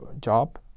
job